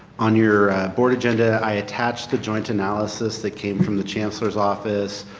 on your board agenda i attached a joint analysis that came from the chancellor's office,